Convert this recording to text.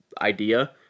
idea